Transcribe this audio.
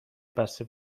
بسته